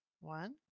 One